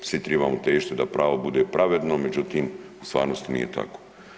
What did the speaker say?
Svi trebamo težiti da pravo bude pravedno, međutim u stvarnosti nije tako.